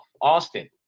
Austin